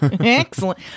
excellent